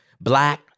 Black